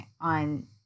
on